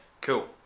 Cool